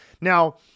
Now